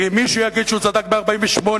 כי מישהו יגיד שהוא צדק ב-1948,